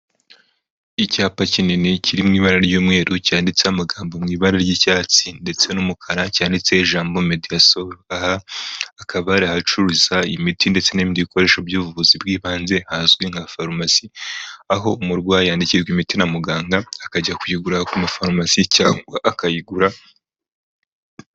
icyapa kinini kiri mu ibara ry'umweru cyanditseho amagambo mu ibara ry'icyatsi ndetse n'umukara cyanditse ijambo ''mediyasoro''. Aha hakaba ari ahacururizwa imiti ndetse n'ibindi bikoresho by'ubuvuzi bw'ibanze hazwi nka farumasi, aho umurwayi yandikirwa imiti na muganga akajya kuyigura ku ma far umasi cyangwa akayigura...